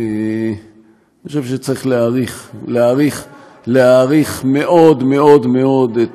אני חושב שצריך להעריך מאוד מאוד מאוד את